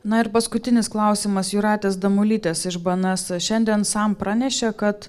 na ir paskutinis klausimas jūratės damulytės iš bns šiandien sam pranešė kad